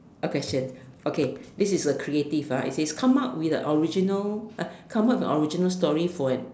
a question okay this is a creative ah it says come up with a original uh come up with a original story for an